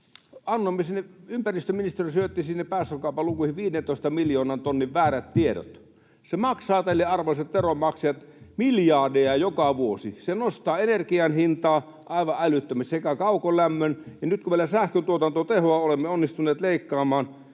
jalkoihin? Ympäristöministeriö syötti sinne päästökaupan lukuihin 15 miljoonan tonnin väärät tiedot. Se maksaa teille, arvoisat veronmaksajat, miljardeja joka vuosi. Se nostaa energian hintaa aivan älyttömästi, sekä kaukolämmön että sähkön. Nyt kun vielä sähköntuotannon tehoa olemme onnistuneet leikkaamaan,